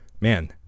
man